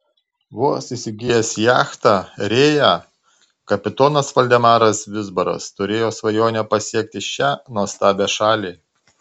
vos įsigijęs jachtą rėja kapitonas valdemaras vizbaras turėjo svajonę pasiekti šią nuostabią šalį